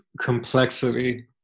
complexity